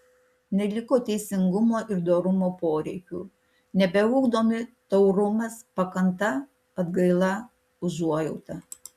neliko teisingumo ir dorumo poreikių nebeugdomi taurumas pakanta atgaila užuojauta